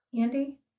Andy